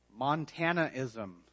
Montanaism